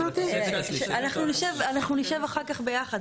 אנחנו נשב אחר כך ביחד.